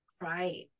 right